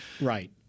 Right